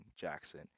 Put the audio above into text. Jackson